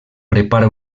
prepara